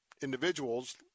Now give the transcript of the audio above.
individuals